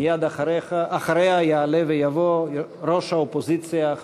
מייד אחריה יעלה ויבוא ראש האופוזיציה,